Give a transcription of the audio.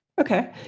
Okay